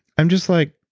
i'm just like